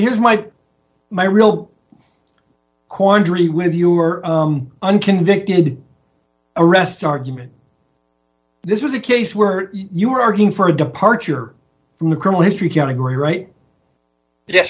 here's my my real quandary with you are unconvicted arrests argument this was a case where you were arguing for a departure from the criminal history category right yes